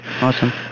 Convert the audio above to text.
Awesome